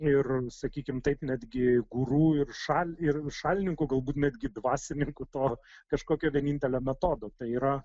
ir sakykim taip netgi guru ir šali ir šalininku galbūt netgi dvasininku to kažkokio vienintelio metodo tai yra